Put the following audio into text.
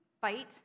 fight